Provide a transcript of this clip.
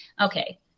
okay